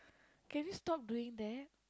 can you stop doing that